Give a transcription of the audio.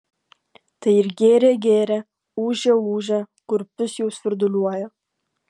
tai ir gėrė gėrė ūžė ūžė kurpius jau svirduliuoja